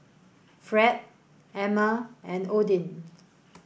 Fred Emma and Odin